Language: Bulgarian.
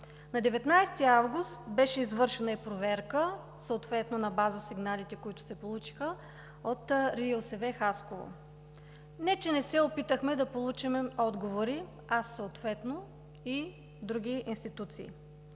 На 19 август 2019 г. беше извършена проверка, съответно на база сигналите, които се получиха, от РИОСВ – Хасково. Не че не се опитахме да получим отговори – аз съответно и други институции,